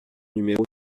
numéro